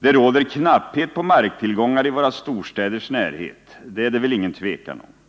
”Det råder knapphet på marktillgångar i våra storstäders närhet — det är det väl ingen tvekan om.